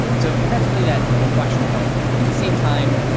so that's really that inflection point. at the same time,